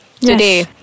today